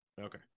Okay